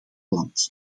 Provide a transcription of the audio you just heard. land